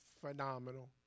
phenomenal